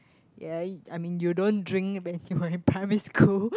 ya I mean you don't drink when you are in primary school